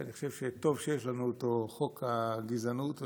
שאני חושב שטוב שיש לנו אותו, חוק נגד הגזענות,